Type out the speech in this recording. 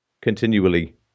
continually